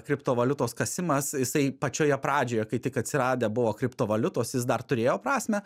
kriptovaliutos kasimas jisai pačioje pradžioje kai tik atsiradę buvo kriptovaliutos jis dar turėjo prasmę